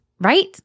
right